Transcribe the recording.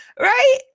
right